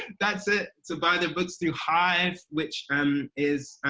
that's it, so buy the books through hive, which um is,